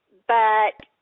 but